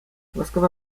łaskawa